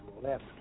left